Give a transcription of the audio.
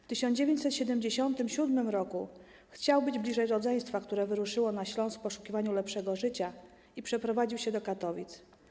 W 1977 r. chciał być bliżej rodzeństwa, które wyruszyło na Śląsk w poszukiwaniu lepszego życia, i przeprowadził się do Katowic.